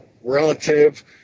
relative